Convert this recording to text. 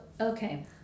okay